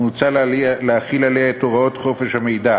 מוצע להחיל עליה את הוראות חוק חופש המידע